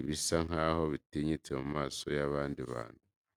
ibisa nkaho bitinyitse mu maso y'abandi bantu.